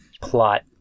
plot